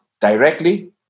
directly